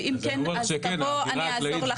ואם כן אז תבוא ואני אעזור לך.